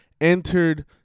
entered